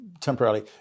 temporarily